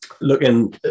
looking